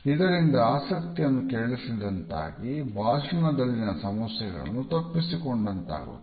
ಇದರಿಂದ ಆಸಕ್ತಿಯನ್ನು ಕೆರಳಿಸಿದಂತಾಗಿ ಭಾಷಣದಲ್ಲಿನ ಸಮಸ್ಯೆಗಳನ್ನು ತಪ್ಪಿಸಿಕೊಂಡಂತಾಗುತ್ತದೆ